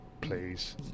please